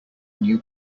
new